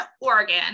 Oregon